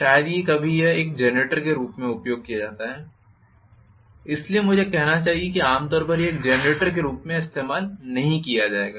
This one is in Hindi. शायद ही कभी यह एक जनरेटर के रूप में उपयोग किया जाता है इसलिए मुझे कहना चाहिए कि आम तौर पर यह एक जनरेटर के रूप में इस्तेमाल नहीं किया जाएगा